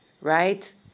right